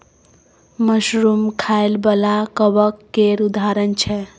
mushroom खाइ बला कबक केर उदाहरण छै